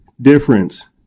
difference